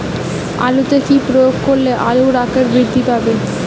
আলুতে কি প্রয়োগ করলে আলুর আকার বৃদ্ধি পাবে?